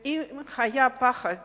אם היה פחד